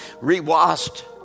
re-washed